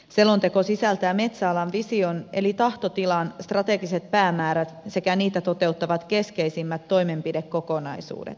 selonteko sisältää metsäalan vision eli tahtotilan strategiset päämäärät sekä niitä toteuttavat keskeisimmät toimenpidekokonaisuudet